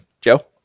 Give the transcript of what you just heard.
Joe